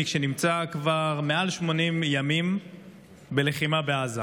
שנמצא כבר מעל 80 ימים בלחימה בעזה.